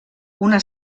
una